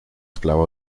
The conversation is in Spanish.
eslava